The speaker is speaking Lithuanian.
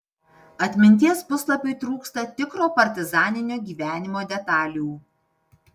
atminties puslapiui trūksta tikro partizaninio gyvenimo detalių